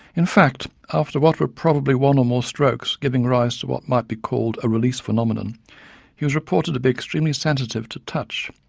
in fact, after what were probably one or more strokes, giving rise to what might be called a release phenomenon he was reported to be extremely sensitive to touch,